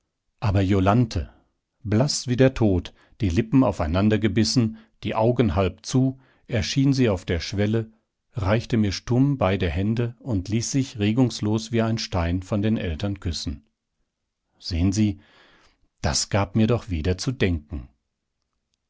aber jolanthe blaß wie der tod die lippen aufeinandergebissen die augen halb zu erschien sie auf der schwelle reichte mir stumm beide hände und ließ sich regungslos wie ein stein von den eltern küssen sehen sie das gab mir doch wieder zu denken